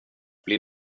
blir